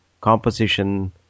composition